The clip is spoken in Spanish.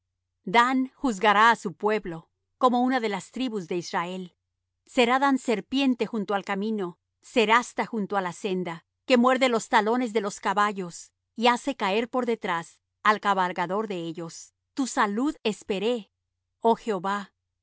dan juzgará á su pueblo como una de las tribus de israel será dan serpiente junto al camino cerasta junto á la senda que muerde los talones de los caballos y hace caer por detrás al cabalgador de ellos tu salud esperé oh jehová gad